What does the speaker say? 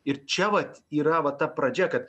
ir čia vat yra va ta pradžia kad